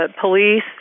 police